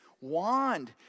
wand